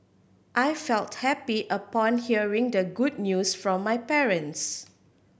I felt happy upon hearing the good news from my parents